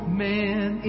man